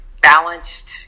balanced